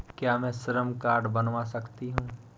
क्या मैं श्रम कार्ड बनवा सकती हूँ?